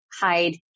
hide